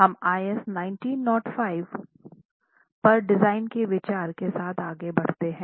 हम आईएस 1905 पर डिज़ाइन के विचार के साथ आगे बढ़ते हैं